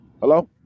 hello